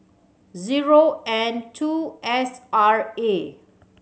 zero N two S R A